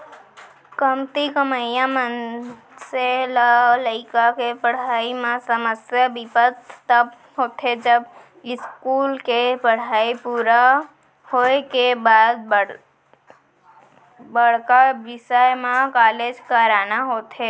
कमती कमइया मनसे ल लइका के पड़हई म समस्या बिपत तब होथे जब इस्कूल के पड़हई पूरा होए के बाद म बड़का बिसय म कॉलेज कराना होथे